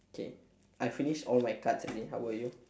okay I finished all my cards already how about you